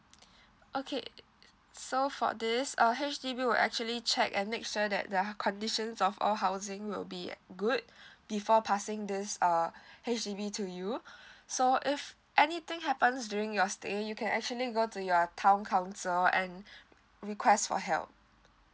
okay so for this uh H_D_B will actually check and make sure that the conditions of all housing will be good before passing this err H_D_B to you so if anything happens during your stay you can actually go to your town council and request for help